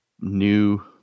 new